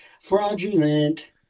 fraudulent